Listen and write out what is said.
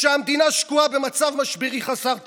כשהמדינה שקועה במצב משברי חסר תקדים.